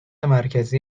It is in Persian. مرکزی